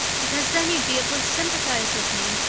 because then you'd be able to sympathize with me.